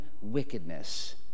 wickedness